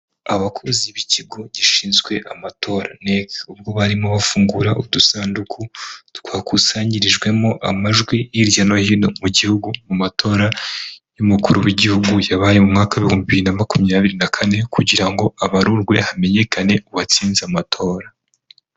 Abakozi b'ikigo gishinzwe amatora NEC, ubwo barimo bafungura udusanduku twakusanyirijwemo amajwi hirya no hino mu gihugu, mu matora y'umukuru w'igihugu yabaye mu mwaka w'ibihumbi bibiri na makumyabiri na kane kugira ngo abarurwe hamenyekane uwatsinze amatora.